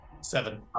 seven